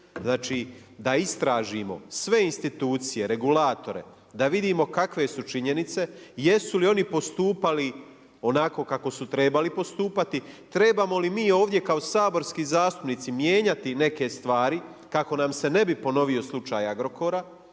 Znači, da istražimo sve institucije, regulatore, da vidimo kakve su činjenice i jesu li oni postupali onako kako su trebali postupati. Trebamo li mi ovdje kao saborski zastupnici mijenjati neke stvari, kako nam se ne bi ponovio slučaj Agrokora.